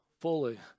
fully